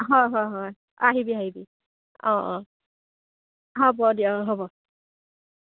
হয় হয় হয় আহিবি আহিবি অ অ হ'ব দে অ হ'ব